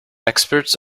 experts